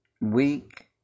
week